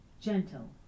gentle